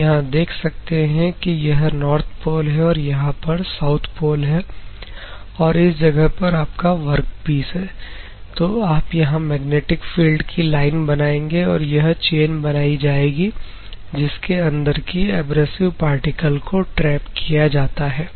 आप यहां देख सकते हैं कि यह नॉर्थ पोल है और यहां पर साउथ पोल है और इस जगह पर आपका वर्कपीस है तो आप यहां मैग्नेटिक फील्ड की लाइन बनाएंगे और यह चैन बनाई जाएगी जिसके अंदर की एब्रेसिव पार्टिकल को ट्रैप किया जाता है